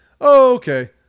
Okay